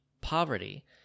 poverty